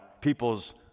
people's